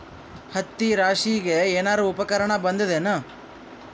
ಹತ್ತಿ ರಾಶಿಗಿ ಏನಾರು ಉಪಕರಣ ಬಂದದ ಏನು?